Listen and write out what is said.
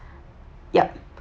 yup